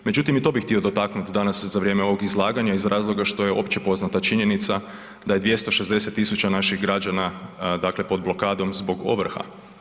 Međutim i to bih htio dotaknut danas za vrijeme ovog izlaganja iz razloga što je općepoznata činjenica da je 260 000 naših građana, dakle pod blokadom zbog ovrha.